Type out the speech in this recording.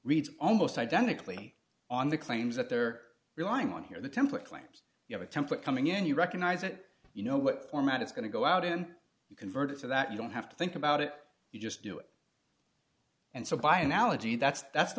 reads almost identically on the claims that they're relying on here the template claims you have a template coming in you recognize it you know what format it's going to go out and you convert it so that you don't have to think about it you just do it and so by analogy that's that's the